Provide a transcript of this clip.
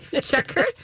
Checkered